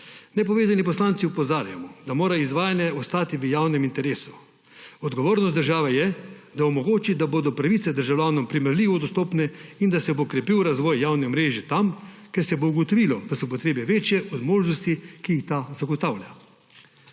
Nepovezani poslanci opozarjamo, da mora izvajanje ostati v javnem interesu. Odgovornost države je, da omogoči, da bodo pravice državljanom primerljivo dostopne in da se bo krepil razvoj javne mreže tam, kjer se bo ugotovilo, da so potrebe večje od možnosti, ki jih ta zagotavlja.